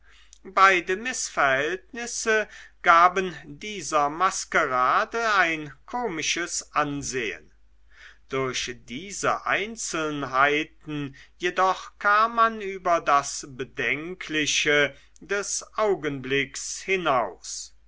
beide mißverhältnisse gaben dieser maskerade ein komisches ansehen durch diese einzelnheiten jedoch kam man über das bedenkliche des augenblicks hinaus